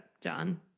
John